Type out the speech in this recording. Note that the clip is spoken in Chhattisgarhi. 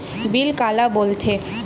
बिल काला बोल थे?